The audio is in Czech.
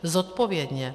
Zodpovědně.